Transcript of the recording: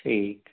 ठीक